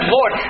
Lord